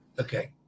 okay